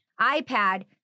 iPad